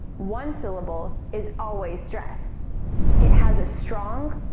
one syllable is always stressed it has a strong,